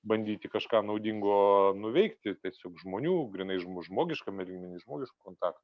bandyti kažką naudingo nuveikti tiesiog žmonių grynai žmogiškame lygmeny žmogišku kontaktu